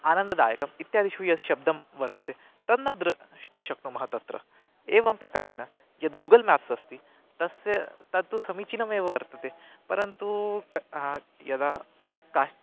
आनन्ददायकम् इत्यादिषु यत् शब्दः वर्तते तन्न द्रष्टुं शक्नुमः तत्र एवं प्रकारेण यद् गूगल् म्याप्स् अस्ति तस्य तत्तु समीचीनमेव वर्तते परन्तु क हा यदा काश्च्